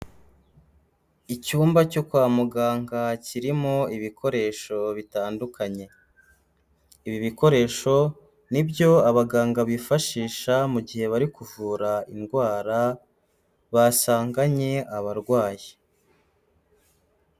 Icyumba cyo kwa muganga kirimo ibikoresho bitandukanye. Ibi bikoresho ni byo abaganga bifashisha mu gihe bari kuvura indwara basanganye abarwayi.